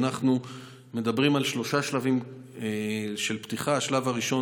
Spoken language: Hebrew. אנחנו מדברים על שלושה שלבים של פתיחה: השלב הראשון,